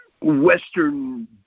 Western